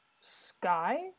Sky